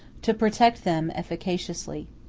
to protect them efficaciously.